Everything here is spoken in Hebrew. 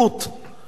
אני רוצה להגיד לך,